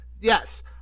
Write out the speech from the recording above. Yes